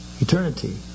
Eternity